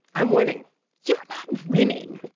i'm winning you're not winning